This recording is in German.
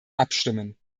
abstimmen